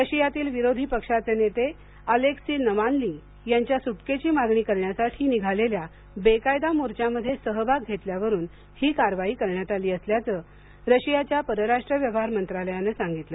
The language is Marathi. रशियातील विरोधी पक्षाचे नेते अलेक्सी नवाल्नी यांच्या सुटकेची मागणी करण्यासाठी निघालेल्या बेकायदा मोर्चामध्ये सहभाग घेतल्यावरून ही कारवाई करण्यात आली असल्याचं रशियाच्या परराष्ट्र व्यवहार मंत्रालयानं सांगितलं